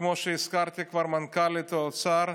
וכמו שהזכרתי כבר, מנכ"לית האוצר,